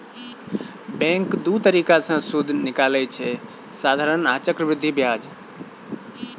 bank दु तरीका सँ सुदि निकालय छै साधारण आ चक्रबृद्धि ब्याज